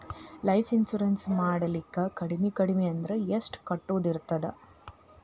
Life insurance ನ ಮಾಡ್ಲಿಕ್ಕೆ ಕಡ್ಮಿ ಕಡ್ಮಿ ಅಂದ್ರ ಎಷ್ಟ್ ಕಟ್ಟೊದಿರ್ತದ?